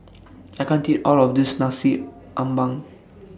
I can't eat All of This Nasi Ambeng